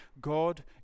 God